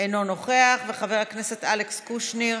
אינו נוכח, חבר הכנסת אלכס קושניר,